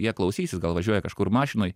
jie klausysis gal važiuoja kažkur mašinoj